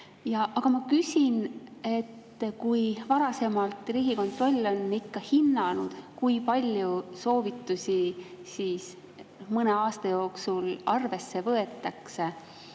Aga ma küsin, et kui varasemalt on Riigikontroll hinnanud, kui palju soovitusi mõne aasta jooksul arvesse võetakse,